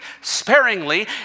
sparingly